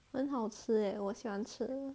很好吃咧我喜欢吃